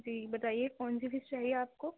جی بتائیے کون سی فش چاہیے آپ کو